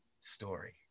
story